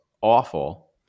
awful